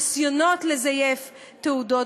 ניסיונות לזייף תעודות,